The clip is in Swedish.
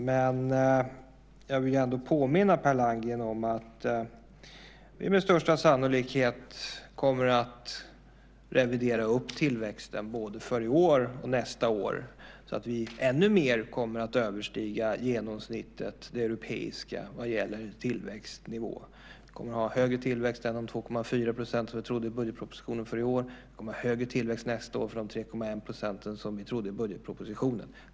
Men jag vill ändå påminna Per Landgren om att vi med största sannolikhet kommer att revidera upp tillväxten både för i år och för nästa år så att vi ännu mer kommer att överstiga det europeiska genomsnittet vad gäller tillväxtnivå. Vi kommer att ha högre tillväxt än de 2,4 % som vi trodde i budgetpropositionen för i år och högre tillväxt nästa år än de 3,1 % som vi trodde i budgetpropositionen.